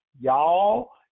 Y'all